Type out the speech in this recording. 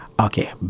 Okay